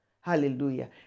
Hallelujah